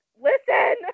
listen